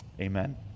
Amen